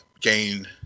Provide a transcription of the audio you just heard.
gain